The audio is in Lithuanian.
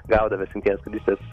gaudavęs jungtinės karalystės